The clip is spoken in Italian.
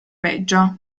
peggio